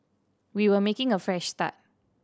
we were making a fresh start